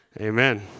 Amen